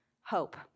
hope